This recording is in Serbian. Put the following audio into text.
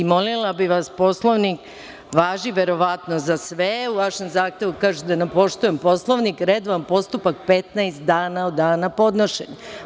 Molila bih vas, Poslovnik važi verovatno za sve, u vašem zahtevu se kaže da ne poštujem Poslovnik, redovan postupak 15 dana od dana podnošenja.